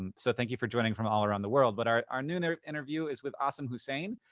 and so thank you for joining from all around the world. but our our noon interview is with asim hussain,